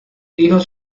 hijos